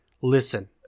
Listen